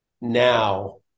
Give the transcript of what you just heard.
now